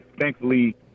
thankfully